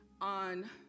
on